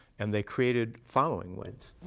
and they created following winds.